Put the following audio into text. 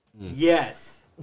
Yes